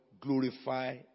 glorify